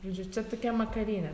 žodžiu čia tokia makalynė